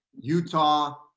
Utah